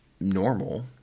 Normal